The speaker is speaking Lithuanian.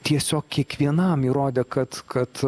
tiesiog kiekvienam įrodė kad kad